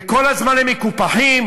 וכל הזמן הם מקופחים,